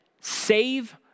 save